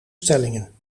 stellingen